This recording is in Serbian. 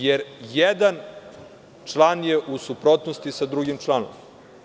Jer, jedan član je u suprotnosti sa drugim članom.